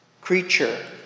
creature